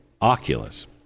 oculus